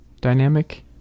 dynamic